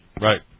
Right